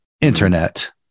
Internet